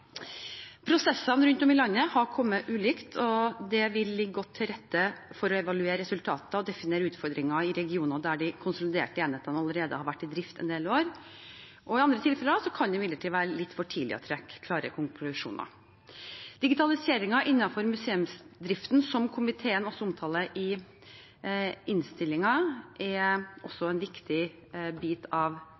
Prosessene rundt om i landet er kommet ulikt langt. Det vil ligge godt til rette for å evaluere resultater og definere utfordringer i regioner der de konsoliderte enhetene allerede har vært i drift i en del år. I andre tilfeller kan det imidlertid være litt for tidlig å trekke klare konklusjoner. Digitalisering innenfor museumsdriften, som komiteen omtaler i innstillingen, er også en viktig bit av